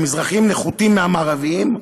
המזרחים נחותים מהמערביים,